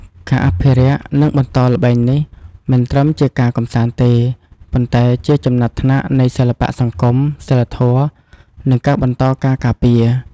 ការអភិរក្ស និងបន្តល្បែងនេះ មិនត្រឹមជាការកម្សាន្តទេ ប៉ុន្តែជាចំណាត់ថ្នាក់នៃសិល្បៈសង្គម សីលធម៌ និងការបន្តការការពារ។